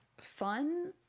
fun